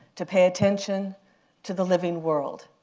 to pay attention to the living world,